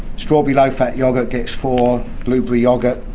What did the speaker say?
strawberry low-fat yoghurt gets four, blueberry yoghurts,